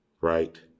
right